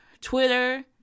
Twitter